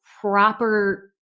proper